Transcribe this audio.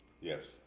Yes